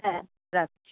হ্যাঁ রাখছি